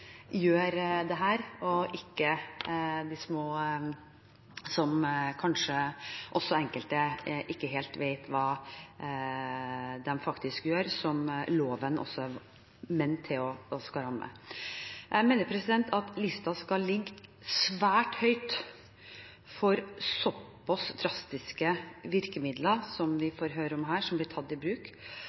gjør det, loven er ment å skulle ramme – ikke de små, der det kanskje også er enkelte som ikke helt vet hva de faktisk gjør. Jeg mener at listen skal ligge svært høyt for å ta i bruk såpass drastiske virkemidler som vi får høre om her.